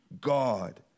God